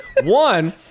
One